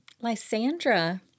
Lysandra